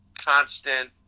constant